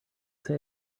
say